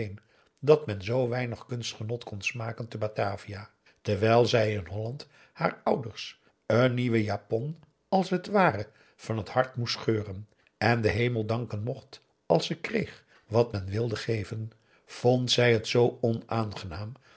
dat men zoo weinig kunstgenot kon smaken te batavia terwijl zij in holland haar ouders een nieuwe japon als het ware van het hart moest scheuren en den hemel danken mocht als ze kreeg wat men wilde geven vond zij het zoo onaangenaam